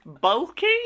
Bulky